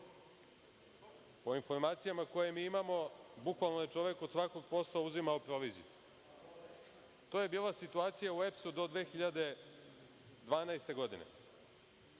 informacijama koje mi imamo bukvalno je čovek od svakog posla uzimao proviziju. To je bila situacija u EPS-u do 2012. godine.